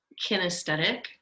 kinesthetic